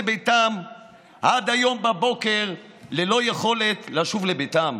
לביתם עד היום בבוקר ללא יכולת לשוב לביתם.